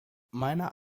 meiner